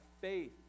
faith